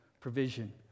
provision